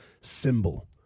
symbol